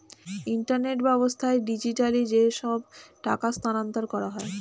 internet ব্যাবস্থায় digitally যেসব টাকা স্থানান্তর করা হয়